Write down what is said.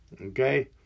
okay